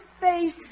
Face